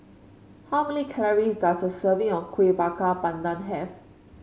how many calories does a serving of Kueh Bakar Pandan have